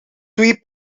twee